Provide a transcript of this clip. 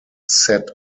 set